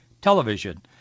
television